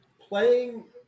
playing